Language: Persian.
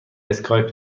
اسکایپ